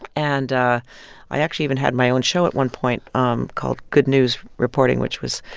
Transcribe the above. and i actually even had my own show at one point um called good news reporting which was